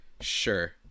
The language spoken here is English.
Sure